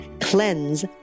CLEANSE